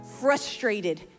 frustrated